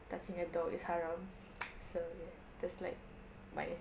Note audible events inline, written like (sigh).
touching a dog is haram (noise) so ya that's like my